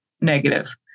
negative